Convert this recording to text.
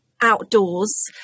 outdoors